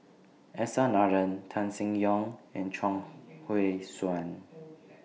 S R Nathan Tan Seng Yong and Chuang Hui Tsuan